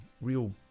real